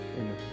Amen